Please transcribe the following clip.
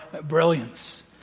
brilliance